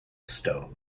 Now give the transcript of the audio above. stone